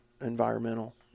environmental